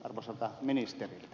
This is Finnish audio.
arvoisa puhemies